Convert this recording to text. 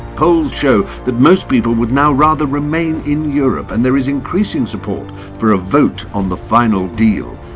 polls show that most people would now rather remain in europe, and there is increasing support for a vote on the final deal.